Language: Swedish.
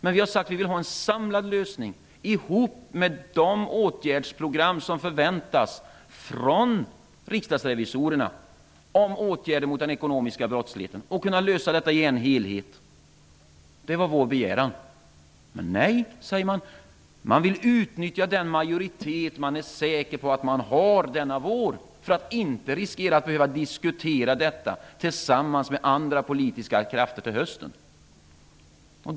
Men vi vill ha en samlad lösning ihop med de åtgärdsprogram som förväntas från Riksdagsrevisorerna, med åtgärder mot ekonomisk brottslighet för att kunna lösa detta i en helhet. Detta var vår begäran. Men man säger nej. Man vill utnyttja den majoritet som man är säker på att man har denna vår, för att inte riskera att behöva diskutera detta tillsammans med andra politiska krafter till hösten.